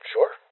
Sure